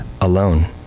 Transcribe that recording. alone